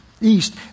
east